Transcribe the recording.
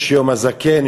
יש יום הזקן,